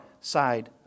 side